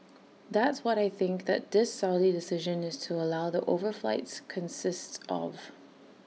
that's what I think that this Saudi decision is to allow the overflights consists of